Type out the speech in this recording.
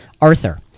Arthur